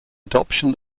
adoption